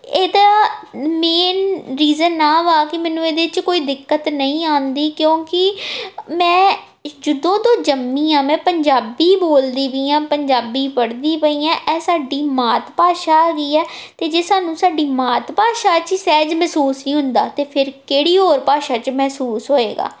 ਇਹਦਾ main reason ਆਹ ਵਾ ਕਿ ਮੈਨੂੰ ਇਹਦੇ 'ਚ ਕੋਈ ਦਿੱਕਤ ਨਹੀਂ ਆਉਂਦੀ ਕਿਉਂਕਿ ਮੈਂ ਜਦੋਂ ਤੋਂ ਜੰਮੀ ਹਾਂ ਮੈਂ ਪੰਜਾਬੀ ਬੋਲਦੀ ਵੀ ਹਾਂ ਪੰਜਾਬੀ ਪੜ੍ਹਦੀ ਪਈ ਹਾਂ ਇਹ ਸਾਡੀ ਮਾਤ ਭਾਸ਼ਾ ਹੈਗੀ ਹੈ ਅਤੇ ਜੇ ਸਾਨੂੰ ਸਾਡੀ ਮਾਤ ਭਾਸ਼ਾ 'ਚ ਹੀ ਸਹਿਜ ਮਹਿਸੂਸ ਨਹੀਂ ਹੁੰਦਾ ਤਾਂ ਫਿਰ ਕਿਹੜੀ ਹੋਰ ਭਾਸ਼ਾ 'ਚ ਮਹਿਸੂਸ ਹੋਵੇਗਾ